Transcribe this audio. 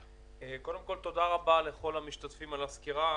קודם כל תודה רבה לכל המשתתפים על הסקירה.